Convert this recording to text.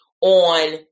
on